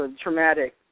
traumatic